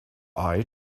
eye